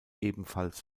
ebenfalls